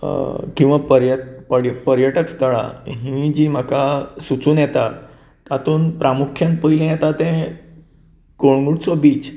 किंवा पर्य पर्यटक स्थळां हीं जी म्हाका सुचून येतां तातूंत प्रामुख्यान पयलें येता तें कोळंगूटचो बीच